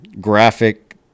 graphic